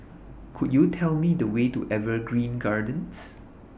Could YOU Tell Me The Way to Evergreen Gardens